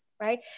right